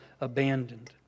abandoned